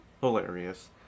hilarious